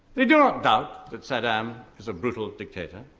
they do not doubt that saddam is a brutal dictator,